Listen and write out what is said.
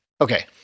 Okay